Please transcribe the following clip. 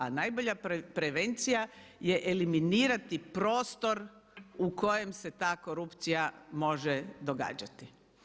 A najbolja prevencija je eliminirati prostor u kojem se ta korupcija može događati.